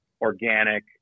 organic